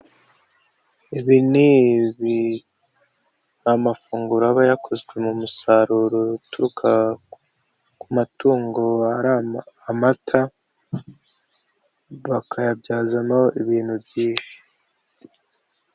Ibi ni amafunguro aba yakozwe mu musaruro uturuka ku matungo, aba ari amata bakayabyazamo ibintu byinshi.